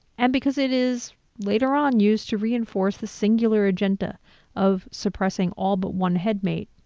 and because it is, later on, used to reinforce the singular agenda of suppressing all but one headmate,